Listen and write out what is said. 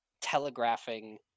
telegraphing